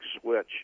switch